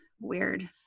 Weird